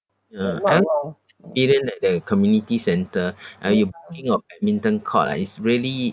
ya the community centre uh you booking of badminton court ah is really